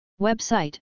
Website